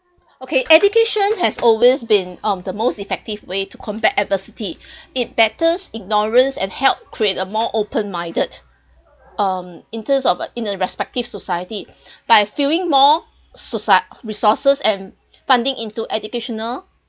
okay education has always been um the most effective way to combat adversity it battles ignorance and help create a more open minded um in terms of uh in a respective society by filling more soci~ resources and funding into educational